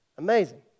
Amazing